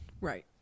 Right